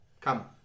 Come